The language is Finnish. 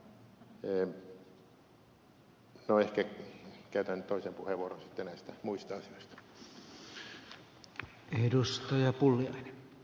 no ehkä käytän toisen puheenvuoron sitten näistä muista asioista